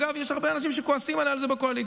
אגב, יש הרבה אנשים שכועסים עליי על זה בקואליציה: